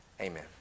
Amen